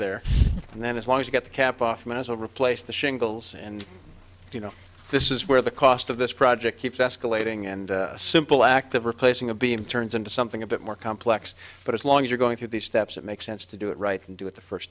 there and then as long as you get cap off my eyes will replace the shingles and you know this is where the cost of this project keeps escalating and simple act of replacing a beam turns into something a bit more complex but as long as you're going through these steps it makes sense to do it right and do it the first